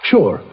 Sure